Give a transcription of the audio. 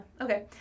Okay